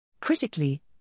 Critically